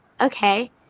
okay